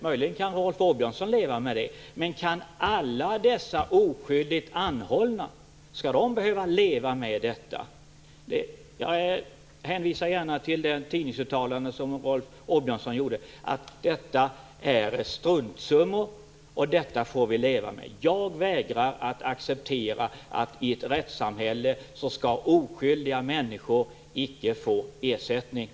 Möjligen kan Rolf Åbjörnsson leva med det, men skall alla dessa oskyldigt anhållna behöva leva med detta? Jag hänvisar gärna till det tidningsuttalande som Rolf Åbjörnsson gjorde om att det rör sig om struntsummor och att vi får leva med detta. Jag vägrar acceptera att oskyldiga icke skall få ersättning i ett rättssamhälle.